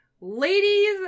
Ladies